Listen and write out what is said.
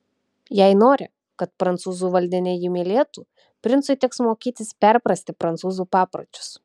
jei nori kad prancūzų valdiniai jį mylėtų princui teks mokytis perprasti prancūzų papročius